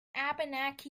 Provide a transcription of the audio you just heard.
abenaki